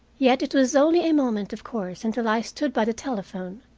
yet it was only a moment, of course, until i stood by the telephone.